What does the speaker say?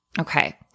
Okay